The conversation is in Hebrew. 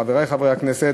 חברי חברי הכנסת,